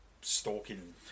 stalking